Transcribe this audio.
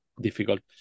difficult